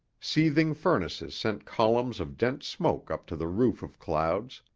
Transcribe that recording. seething furnaces sent columns of dense smoke up to the roof of clouds,